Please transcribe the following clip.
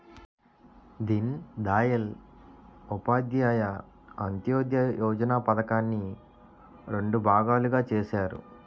దీన్ దయాల్ ఉపాధ్యాయ అంత్యోదయ యోజన పధకాన్ని రెండు భాగాలుగా చేసారు